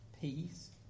peace